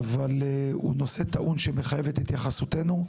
אבל הוא נושא טעון שמחייב את התייחסותנו.